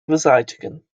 beseitigen